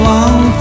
one